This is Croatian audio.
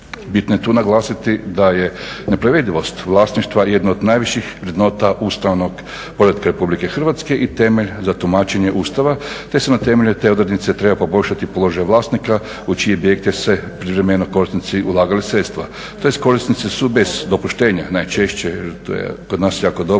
Bitno je tu naglasiti da je nepovredivost vlasništva jedno od najviših vrednota ustavnog poretka RH i temelj za tumačenje Ustava te se na temelju te odrednice treba poboljšati položaj vlasnika u čije objekte su privremeno korisnici ulagala sredstva. Tj. korisnici su bez dopuštenja najčešće jer to je kod